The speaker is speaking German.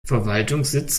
verwaltungssitz